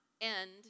end